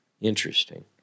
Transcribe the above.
Interesting